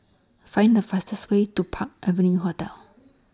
Find The fastest Way to Park Avenue Hotel